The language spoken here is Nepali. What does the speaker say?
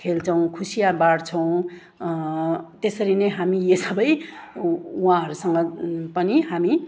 खेल्छौँ खुसियाँ बाड्छौँ त्यसरी नै हामी यी सबै उहाँहरूसँग पनि हामी